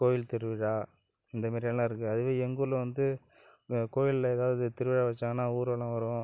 கோயில் திருவிழா இந்த மாரியெல்லாம் இருக்குது அதுவே எங்கூரில் வந்து இந்த கோயிலில் ஏதாவது திருவிழா வைச்சாங்கன்னா ஊர்வலம் வருவோம்